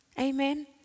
Amen